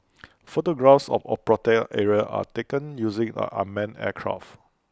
photographs of A protected area are taken using A unmanned aircraft